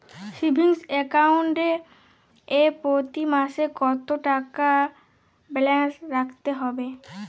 Savings account এ প্রতি মাসে কতো টাকা ব্যালান্স রাখতে হবে?